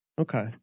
Okay